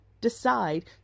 decide